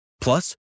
Plus